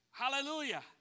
Hallelujah